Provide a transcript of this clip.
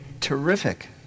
Terrific